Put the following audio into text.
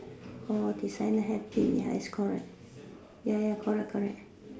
orh designer hat pin ya it's correct ya ya correct correct